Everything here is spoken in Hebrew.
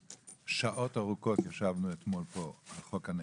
שעות ארוכות ישבנו אתמול פה על חוק הנכים,